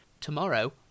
tomorrow